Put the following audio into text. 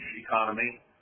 economy